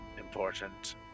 important